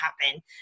happen